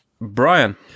Brian